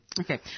Okay